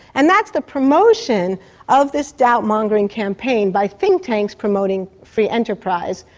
and that's the promotion of this doubt-mongering campaign by think tanks promoting free enterprise,